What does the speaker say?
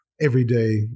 everyday